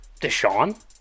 Deshaun